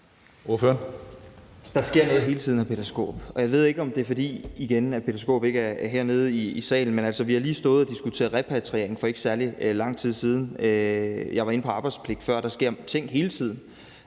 Der sker noget hele tiden, hr. Peter Skaarup. Og igen ved jeg ikke, om det er, fordi hr. Peter Skaarup ikke var hernede i salen, men vi har lige stået og diskuteret repatriering for ikke særlig lang tid siden. Jeg var før inde på arbejdspligt. Der sker ting hele tiden.